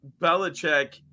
Belichick